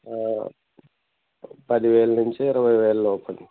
పదివేలు నుంచి ఇరవైవేలు లోపు అండి